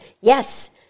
Yes